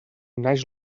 naix